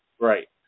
Right